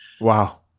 Wow